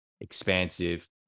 expansive